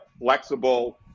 flexible